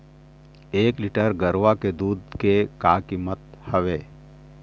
एक लीटर गरवा के दूध के का कीमत हवए?